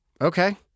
Okay